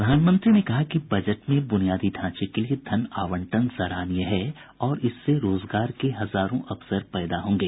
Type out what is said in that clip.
प्रधानमंत्री ने कहा कि बजट में बुनियादी ढांचे के लिए धन आवंटन सराहनीय है और इससे रोजगार के हजारों अवसर पैदा होंगे